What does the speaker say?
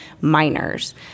minors